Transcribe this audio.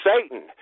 Satan